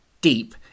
deep